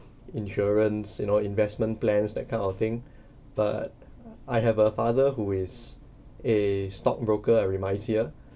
insurance you know investment plans that kind of thing but I have a father who is a stockbroker at remisier